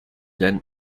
than